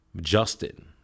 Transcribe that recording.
Justin